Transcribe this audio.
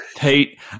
Pete